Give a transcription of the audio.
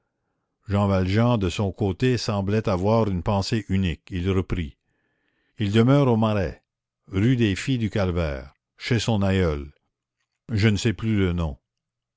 jean valjean de son côté semblait avoir une pensée unique il reprit il demeure au marais rue des filles du calvaire chez son aïeul je ne sais plus le nom